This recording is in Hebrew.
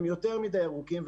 יותר מדי ארוכים.